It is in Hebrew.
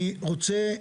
אני רוצה,